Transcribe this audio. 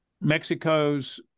Mexico's